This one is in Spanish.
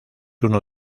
uno